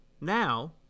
now